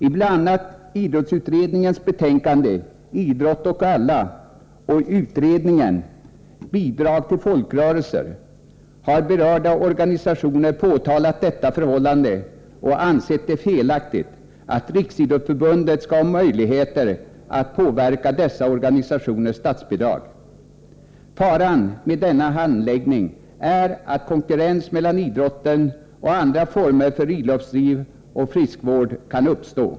I bl.a. idrottsutredningens betänkande Idrott åt alla och utredningen Bidrag till folkrörelser har berörda organisationer påtalat detta förhållande och ansett det felaktigt att Riksidrottsförbundet skall ha möjligheter att påverka dessa organisationers statsbidrag. Faran med denna handläggning är att det kan uppstå konkurrens mellan idrotten och andra former för friluftsliv och friskvård.